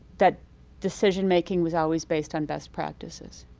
that decision making was always based on best practices.